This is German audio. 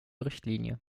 richtlinie